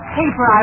paper